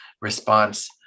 response